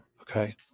okay